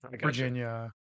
Virginia